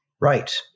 right